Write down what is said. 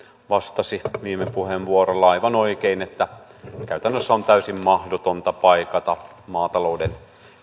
vastasi viime puheenvuorossa aivan oikein että käytännössä on täysin mahdotonta paikata maatalouden